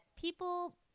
people